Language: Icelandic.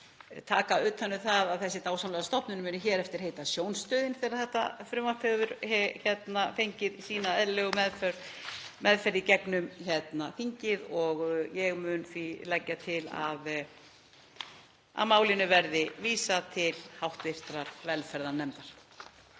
taka utan um það að þessi dásamlega stofnun muni hér eftir heita Sjónstöðin þegar þetta frumvarp hefur fengið sína eðlilegu meðferð í gegnum þingið. Ég mun því leggja til að málinu verði vísað til hv. velferðarnefndar.